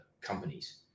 companies